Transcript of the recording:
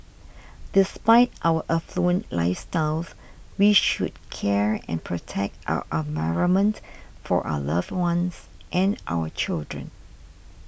despite our affluent lifestyles we should care and protect our environment for our loved ones and our children